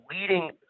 leading